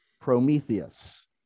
Prometheus